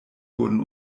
wurden